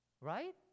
right